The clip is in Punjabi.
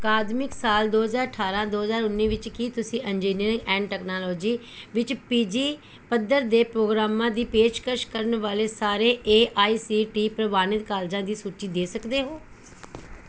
ਅਕਾਦਮਿਕ ਸਾਲ ਦੋ ਹਜ਼ਾਰ ਅਠਾਰ੍ਹਾਂ ਦੋ ਹਜ਼ਾਰ ਉੱਨੀ ਵਿੱਚ ਕੀ ਤੁਸੀਂ ਇੰਜੀਨੀਅਰਿੰਗ ਐਂਡ ਟੈਕਨਾਲੋਜੀ ਵਿੱਚ ਪੀ ਜੀ ਪੱਧਰ ਦੇ ਪ੍ਰੋਗਰਾਮਾਂ ਦੀ ਪੇਸ਼ਕਸ਼ ਕਰਨ ਵਾਲੇ ਸਾਰੇ ਏ ਆਈ ਸੀ ਟੀ ਪ੍ਰਵਾਨਿਤ ਕਾਲਜਾਂ ਦੀ ਸੂਚੀ ਦੇ ਸਕਦੇ ਹੋ